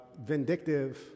vindictive